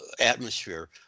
atmosphere